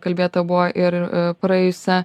kalbėta buvo ir praėjusią